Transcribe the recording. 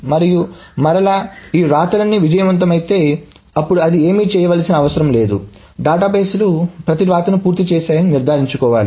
మరియు మరలా ఈ వ్రాతలన్నీ విజయవంతమైతే అప్పుడు అది ఏమీ చేయవలసిన అవసరం లేదు డేటాబేస్లు ప్రతి వ్రాతను పూర్తి చేశాయని నిర్ధారించుకోవాలి